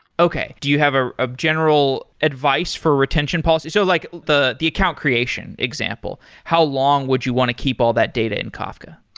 okay. do you have a ah general advice for retention policy? so like the the account creation example, how long would you want to keep all that data in kafka?